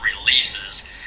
releases